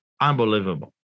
Unbelievable